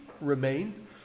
remained